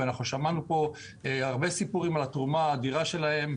אנחנו שמענו פה הרבה סיפורים על התרומה האדירה שלהם,